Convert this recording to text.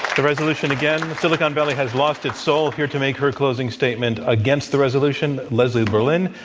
the resolution again, silicon valley has lost its soul. here to make her closing statement against the resolution, leslie berlin,